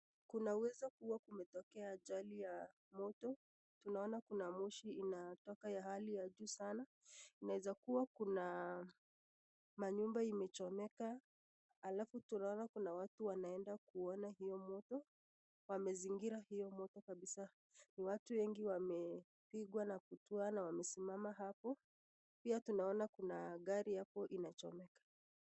Inaweza kuwa imetokea ajali ya moto tunaona kuna moshi inatoka ya hali ya juu sana. Inawezakuwa kuna manyumba imechomeka alafu tunaona kuna watu wanaenda kuona huo moto wamezingira hiyo moto kabisa watu wengi wamepigwa na butwaa na wamesimama hapo. Pia tunaona kuna gari hapo inachomeka.